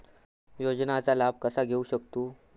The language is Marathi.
योजनांचा लाभ कसा घेऊ शकतू?